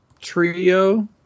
trio